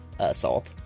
assault